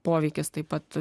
poveikis taip pat